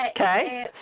Okay